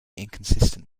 inconsistent